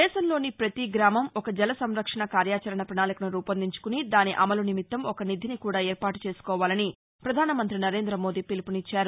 దేశంలోని పతి గ్రామం ఒక జల సంరక్షణ కార్యాచరణ పణాళికను రూపొందించుకుని దాని అమలు నిమిత్తం ఒక నిధిని కూడా ఏర్పాటు చేసుకోవాలని పధాన మంతి నరేంద మోడి పిలుపునిచ్చారు